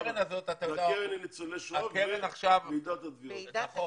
הקרן לניצולי שואה וועידת התביעות.